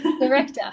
Director